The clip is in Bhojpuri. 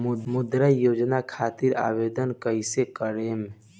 मुद्रा योजना खातिर आवेदन कईसे करेम?